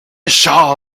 shall